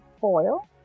foil